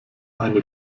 eine